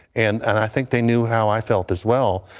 and and i think they knew how i felt as well.